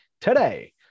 today